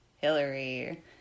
Hillary